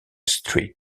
street